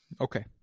okay